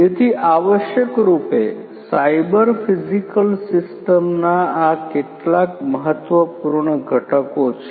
તેથી આવશ્યકરૂપે cyber physical સીસ્ટમના આ કેટલાક મહત્વપૂર્ણ ઘટકો છે